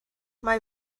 mae